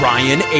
Ryan